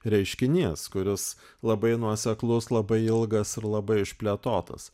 reiškinys kuris labai nuoseklus labai ilgas ir labai išplėtotas